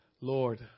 Lord